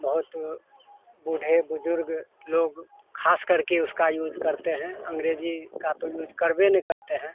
बहुत बूढ़े बुजुर्ग लोग खास करके उसका यूज करते हैं अँग्रेजी का तो यूज करवे नहीं करते हैं